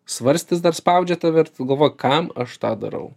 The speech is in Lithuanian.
svarstis dar spaudžia tave galvoji kam aš tą darau